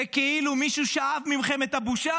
זה כאילו מישהו שאב מכם את הבושה.